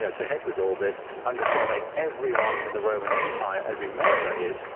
yeah to heck with all this, i'm just going to make everyone in the roman empire, every male that is,